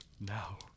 now